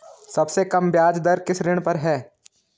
सबसे कम ब्याज दर किस ऋण पर है?